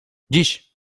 dziś